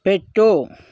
పెట్టు